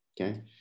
Okay